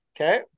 Okay